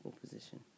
position